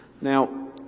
Now